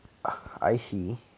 I see